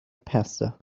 pasta